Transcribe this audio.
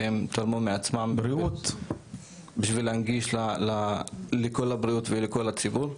שתרמו מעצמם בשביל להנגיש את תחום הבריאות לכול הציבור.